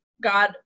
God